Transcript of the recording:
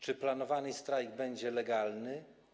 Czy planowany strajk będzie legalny?